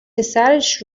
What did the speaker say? پسرش